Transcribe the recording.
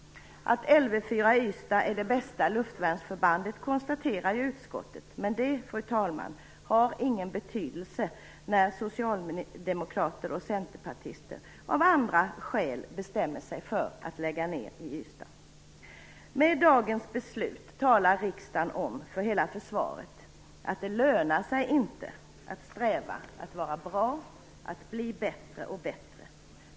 Att Lv 4 i Ystad är det bästa luftvärnsförbandet konstaterar ju utskottet, men det, fru talman, har ingen betydelse när socialdemokrater och centerpartister av andra skäl bestämmer sig för att lägga ned i Ystad. Med dagens beslut talar riksdagen om för hela försvaret att det inte lönar sig att sträva, att vara bra och att bli bättre och bättre.